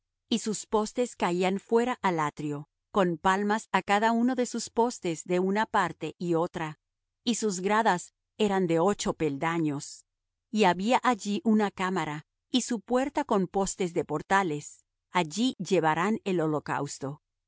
y sus postes caían fuera al atrio con palmas á cada uno de sus postes de una parte y otra y sus gradas eran de ocho peldaños y había allí una cámara y su puerta con postes de portales allí lavarán el holocausto y